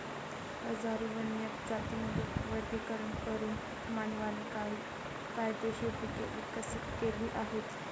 हजारो वन्य जातींमधून वर्गीकरण करून मानवाने काही फायदेशीर पिके विकसित केली आहेत